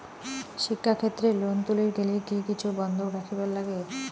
শিক্ষাক্ষেত্রে লোন তুলির গেলে কি কিছু বন্ধক রাখিবার লাগে?